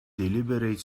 deliberate